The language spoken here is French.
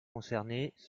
concernées